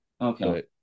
Okay